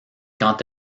quant